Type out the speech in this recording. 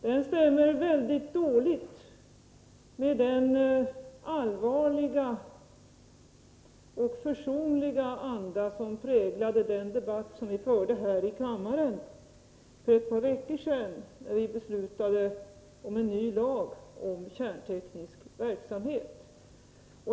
Den stämmer väldigt dåligt med den allvarliga och försonliga anda som präglade den debatt som vi förde här i kammaren för ett par veckor sedan, när vi beslutade om en ny lag om kärnteknisk verksamhet.